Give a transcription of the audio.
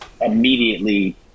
immediately